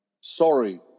Sorry